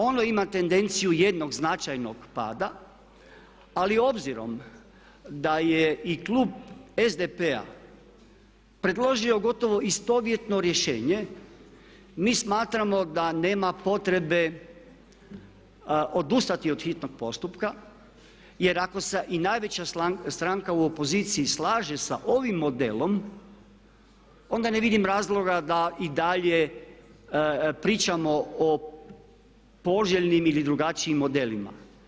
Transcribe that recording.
Ono ima tendenciju jednog značajnog pada ali obzirom da je i klub SDP-a predložio gotovo istovjetno rješenje mi smatramo da nema potrebe odustati od hitnog postupka jer ako se i najveća stranka u opoziciji slaže sa ovim modelom onda ne vidim razloga da i dalje pričamo o poželjnim ili drugačijim modelima.